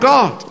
God